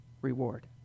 reward